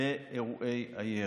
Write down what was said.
באירועי הירי.